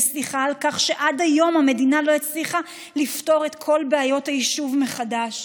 וסליחה על כך שעד היום המדינה לא הצליחה לפתור את כל בעיות היישוב מחדש,